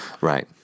Right